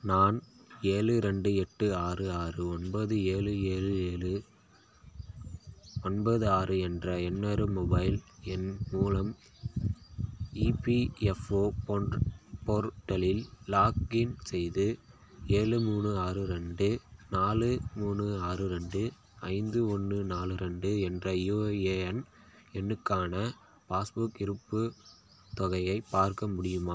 நான் ஏழு ரெண்டு எட்டு ஆறு ஆறு ஒன்பது ஏழு ஏழு ஏழு ஒன்பது ஆறு என்ற இன்னொரு மொபைல் எண் மூலம் இபிஎஃப்ஓ போர்ட்டலில் லாகின் செய்து ஏழு மூணு ஆறு ரெண்டு நாலு மூணு ஆறு ரெண்டு ஐந்து ஒன்று நாலு ரெண்டு என்ற யுஏஎன் எண்ணுக்கான பாஸ்புக் இருப்புத் தொகையை பார்க்க முடியுமா